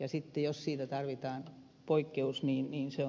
ja sitten jos siitä tarvitaan poikkeus niin se on tässä säädetty